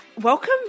Welcome